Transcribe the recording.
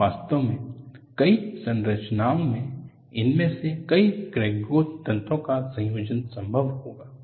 तो वास्तव में कई संरचनाओं में इनमें से कई क्रैक ग्रोथ तंत्रों का संयोजन संभव होगा